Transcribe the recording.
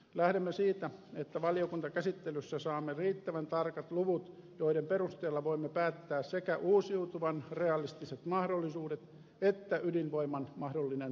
lähdemme siitä että valiokuntakäsittelyssä saamme riittävän tarkat luvut joiden perusteella voimme päättää sekä uusiutuvan realistiset mahdollisuudet että ydinvoiman mahdollinen tarve